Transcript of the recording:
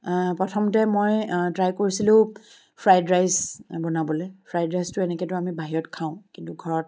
প্ৰথমতে মই ট্ৰাই কৰিছিলোঁ ফ্ৰাইড ৰাইচ বনাবলৈ ফ্ৰাইড ৰাইচটো এনেকৈতো আমি বাহিৰত খাওঁ কিন্তু ঘৰত